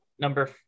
Number